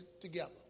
together